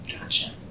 Gotcha